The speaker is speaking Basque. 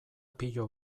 pilo